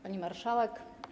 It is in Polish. Pani Marszałek!